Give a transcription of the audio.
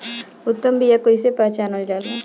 उत्तम बीया कईसे पहचानल जाला?